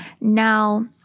Now